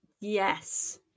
Yes